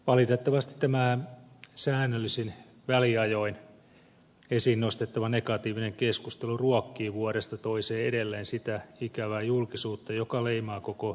valitettavasti tämä säännöllisin väliajoin esiin nostettava negatiivinen keskustelu ruokkii vuodesta toiseen edelleen sitä ikävää julkisuutta joka leimaa koko suomalaista vanhustenhuoltoa